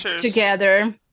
together